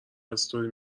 استوری